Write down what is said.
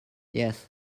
yes